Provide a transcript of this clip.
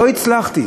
לא הצלחתי,